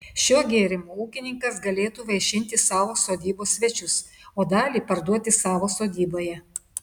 šiuo gėrimu ūkininkas galėtų vaišinti savo sodybos svečius o dalį parduoti savo sodyboje